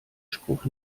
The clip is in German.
spruch